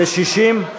ו-60?